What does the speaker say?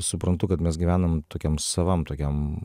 suprantu kad mes gyvenam tokiam savam tokiam